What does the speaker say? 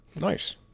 Nice